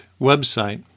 website